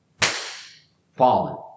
Fallen